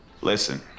listen